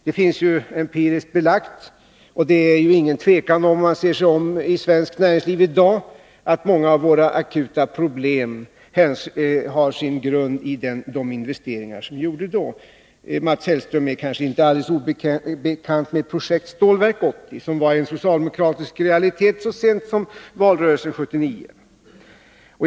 Detta finns empiriskt belagt, och det är inget tvivel om, om man ser sig om i svenskt näringsliv i dag, att många av våra akuta problem har sin grund i de investeringar som gjordes då. Mats Hellström är kanske inte alldeles obekant med projektet Stålverk 80, som var en socialdemokratisk realitet så sent som i valrörelsen 1979.